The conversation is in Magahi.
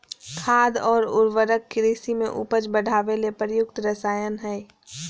खाद और उर्वरक कृषि में उपज बढ़ावे ले प्रयुक्त रसायन हइ